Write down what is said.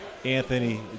Anthony